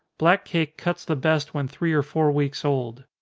black cake cuts the best when three or four weeks old.